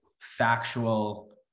factual